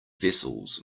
vessels